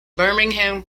birmingham